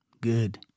Good